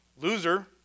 loser